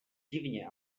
divně